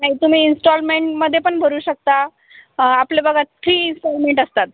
नाही तुम्ही इन्स्टॉलमेंटमध्ये पण भरू शकता आपले बघा थ्री इन्स्टॉलमेंट असतात